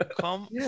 Come